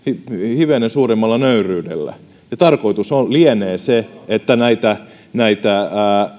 hivenen suuremmalla nöyryydellä ja tarkoitus lienee se että näitä